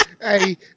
Hey